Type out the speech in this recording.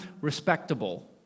respectable